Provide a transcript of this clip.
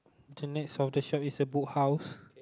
to next of the shop is a Book House